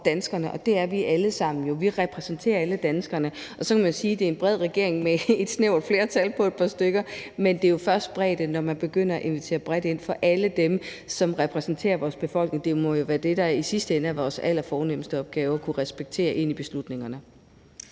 danskerne, og det er vi alle sammen jo. Vi repræsenterer alle danskerne. Så må jeg sige, at det er en bred regering med et snævert flertal, men det er jo først bredde, når man begynder at invitere bredt, så alle dem, som repræsenterer vores befolkning – det må jo være det, der i sidste ende er vores allerfornemste opgave – kunne respektere beslutningerne.